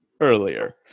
earlier